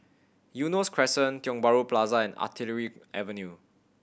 Eunos Crescent Tiong Bahru Plaza and Artillery Avenue